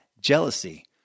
jealousy